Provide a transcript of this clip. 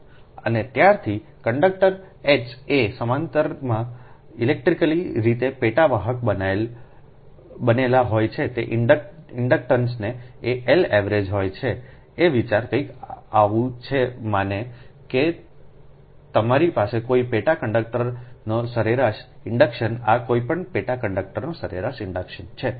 અને ત્યારથી કંડક્ટર એચ એ સમાંતરમાં ઇલેક્ટ્રિકલી રીતે પેટા વાહક બનેલા હોય છે તે ઇન્ડક્શનન્સ એ L એવરેજ હોય છે એ વિચાર કંઈક આવું છે માને છે કે તમારી પાસે કોઈ પેટા કંડક્ટરનો સરેરાશ ઇન્ડડક્શન આ કોઈ પેટા કંડક્ટરનો સરેરાશ ઇન્ડડક્શન છે